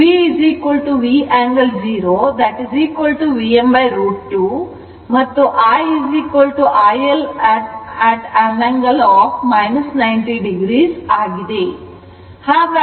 V V angle 0 Vm√ 2 ಮತ್ತು I iL angle 90 o ಆಗಿದೆ